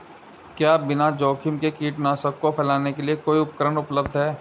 क्या बिना जोखिम के कीटनाशकों को फैलाने के लिए कोई उपकरण उपलब्ध है?